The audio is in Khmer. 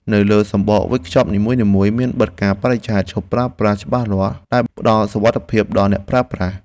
នៅលើសំបកវេចខ្ចប់នីមួយៗមានបិទកាលបរិច្ឆេទឈប់ប្រើប្រាស់ច្បាស់លាស់ដែលផ្ដល់សុវត្ថិភាពដល់អ្នកប្រើប្រាស់។